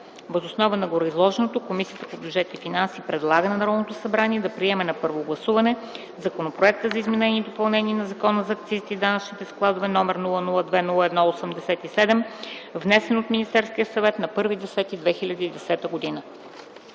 Въз основа на гореизложеното Комисията по бюджет и финанси предлага на Народното събрание да приеме на първо гласуване Законопроект за изменение и допълнение на Закона за акцизите и данъчните складове, № 002-01-87, внесен от Министерския съвет на 01.10.2010 г.”